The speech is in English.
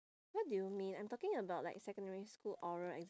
what do you mean I'm talking about like secondary school oral ex~